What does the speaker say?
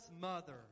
mother